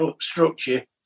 structure